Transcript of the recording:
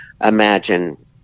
imagine